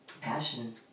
Passion